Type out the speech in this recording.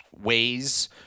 ways